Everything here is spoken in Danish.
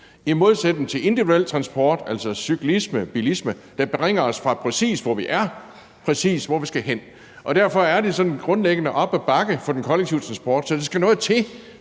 i modsætning til individuel transport, altså cyklisme, bilisme, der bringer os fra, præcis hvor vi er, til, præcis hvor vi skal hen. Derfor er det sådan grundlæggende op ad bakke for den kollektive transport. Så der skal noget til